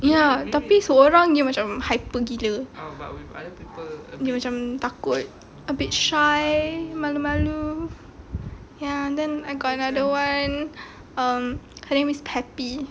ya tapi sorang dia macam hyper gila dia macam takut a bit shy malu-malu ya then like got another one um her name is peppy